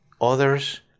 Others